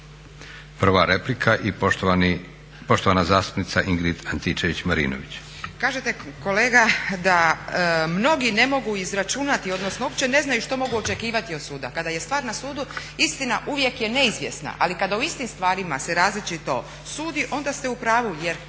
Prva replika i poštovana zastupnica Ingrid Antičević-Marinović. **Antičević Marinović, Ingrid (SDP)** Kažete kolega da mnogi ne mogu izračunati odnosno uopće ne znaju što mogu očekivati od suda kada je stvar na sudu istina uvijek je neizvjesna, ali kada u istim stvarima se različito sudi onda ste u pravu jer